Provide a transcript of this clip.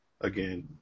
again